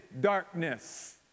darkness